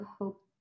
hope